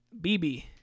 BB